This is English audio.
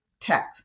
text